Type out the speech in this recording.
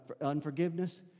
unforgiveness